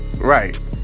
Right